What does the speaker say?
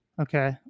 Okay